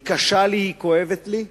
היא קשה לי, היא כואבת לי,